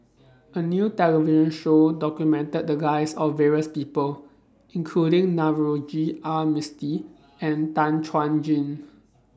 A New television Show documented The Lives of various People including Navroji R Mistri and Tan Chuan Jin